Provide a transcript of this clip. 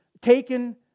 taken